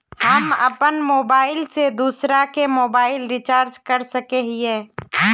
हम अपन मोबाईल से दूसरा के मोबाईल रिचार्ज कर सके हिये?